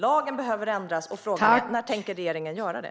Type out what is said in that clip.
Lagen behöver ändras, och frågan är: När tänker regeringen göra det?